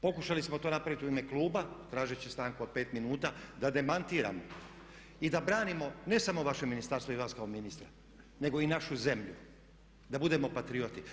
Pokušali smo to napraviti u ime kluba tražeći stanku od 5 minuta da demantiramo i da branimo ne samo vaše ministarstvo i vas kao ministra nego i našu zemlju, da budemo patrioti.